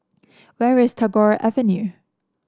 where is Tagore Avenue